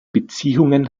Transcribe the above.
beziehungen